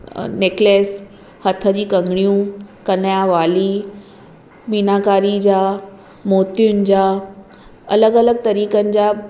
necklace हथ जी कंगड़ियूं कन या वाली मीनाकारी जा मोतियुनि जा अलॻि अलॻि तरीक़नि जा